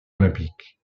olympiques